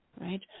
right